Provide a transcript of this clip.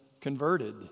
converted